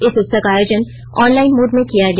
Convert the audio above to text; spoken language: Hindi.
इस उत्सव का आयोजन ऑनलाइन मोड में किया गया